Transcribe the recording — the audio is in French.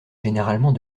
généralement